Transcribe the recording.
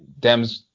Dems